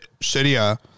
Sharia